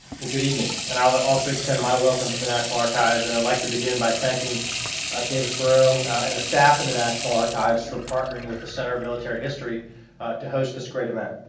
well good evening and i'll also extend my welcome to the national archives and i'd like to begin by thanking david ferriero and the staff of the national archives for partnering with the center of military history to host this great event